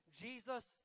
jesus